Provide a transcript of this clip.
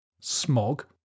smog